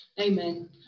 Amen